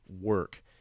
work